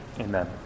Amen